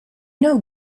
know